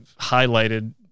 highlighted